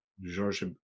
George